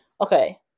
Okay